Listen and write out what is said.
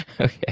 Okay